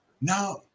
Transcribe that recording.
now